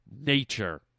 Nature